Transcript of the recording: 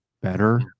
better